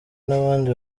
n’abandi